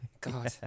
God